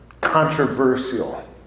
controversial